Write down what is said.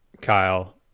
Kyle